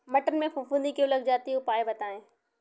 मटर में फफूंदी क्यो लग जाती है उपाय बताएं?